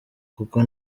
kuko